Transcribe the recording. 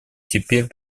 теперь